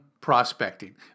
prospecting